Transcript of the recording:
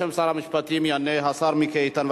בשם שר המשפטים, יענה השר מיקי איתן.